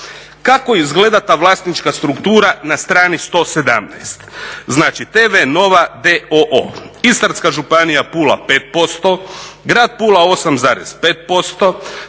Kako izgleda ta vlasnička struktura na strani 117, znači TV Nova d.o.o. Istarska županija Pula 5%, grad Pula 8,5%,